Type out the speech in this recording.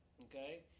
okay